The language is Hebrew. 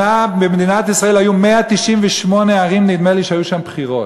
במדינת ישראל היו 198 ערים שהיו בהן בחירות.